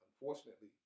unfortunately